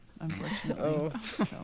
unfortunately